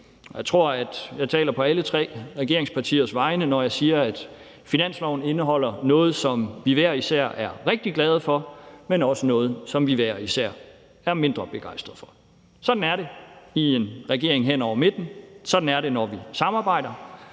jeg tror, at jeg taler på alle tre regeringspartiers vegne, når jeg siger, at finansloven indeholder noget, som vi hver især er rigtig glade for, men også noget, som vi hver især er mindre begejstrede for. Sådan er det i en regering hen over midten. Sådan er det, når vi samarbejder.